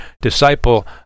disciple